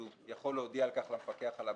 הוא יכול להודיע על כך למפקח על הבנקים,